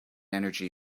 energy